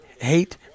Hate